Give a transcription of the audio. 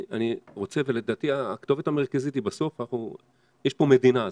לדעתי הכתובת המרכזית, בסוף יש פה מדינה.